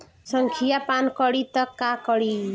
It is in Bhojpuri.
संखिया पान करी त का करी?